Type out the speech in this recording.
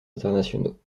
internationaux